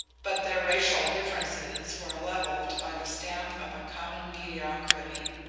but their racial differences were levelled by the stamp of a common mediocrity.